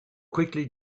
quickly